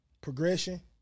progression